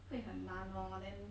会很难 lor then